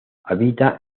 habita